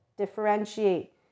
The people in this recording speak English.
differentiate